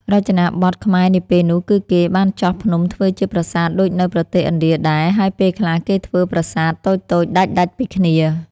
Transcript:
រចនាបថ ខ្មែរនាពេលនោះ គឺ គេ បានចោះភ្នំធ្វើជា ប្រាសាទ ដូចនៅ ប្រទេស ឥណ្ឌាដែរ ហើយពេលខ្លះគេធ្វើ ប្រាសាទ តូចៗដាច់ៗពីគ្នា ។